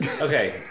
okay